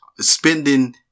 spending